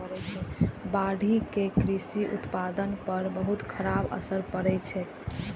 बाढ़ि के कृषि उत्पादन पर बहुत खराब असर पड़ै छै